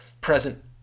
present